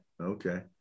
okay